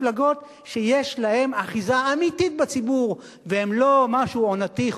מפלגות שיש להן אחיזה אמיתית בציבור והן לא משהו עונתי,